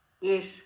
Yes